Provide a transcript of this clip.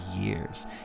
years